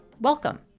Welcome